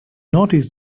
notice